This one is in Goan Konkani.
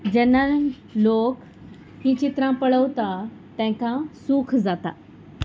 जेन्ना लोक हीं चित्रां पळोवता तेंकां सूख जाता